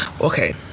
okay